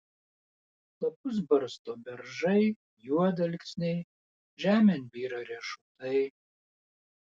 lapus barsto beržai juodalksniai žemėn byra riešutai